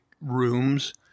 rooms